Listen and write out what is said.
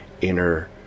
inner